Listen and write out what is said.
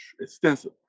extensive